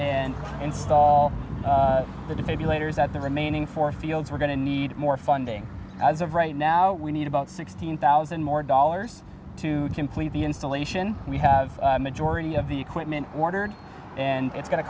and install the debut later that the remaining four fields are going to need more funding as of right now we need about sixteen thousand more dollars to complete the installation we have majority of the equipment ordered and it's go